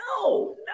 no